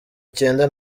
icyenda